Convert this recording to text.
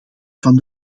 van